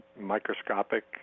microscopic